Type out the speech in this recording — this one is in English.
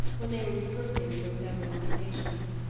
when they were dispersing to their several occupations.